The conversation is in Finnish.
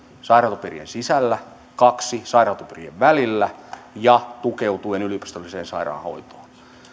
sairaanhoitopiirien sisällä kaksi sairaanhoitopiirien välillä ja tukeutuen yliopistolliseen sairaanhoitoon